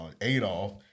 Adolf